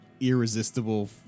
irresistible